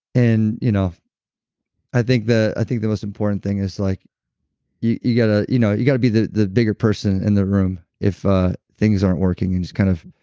and you know i think the think the most important thing is, like you got ah you know you got to be the the bigger person in the room, if ah things aren't working, you just kind of